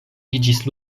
iĝis